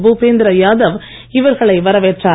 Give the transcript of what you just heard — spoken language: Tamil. பூபேந்திர யாதவ் இவர்களை வரவேற்றார்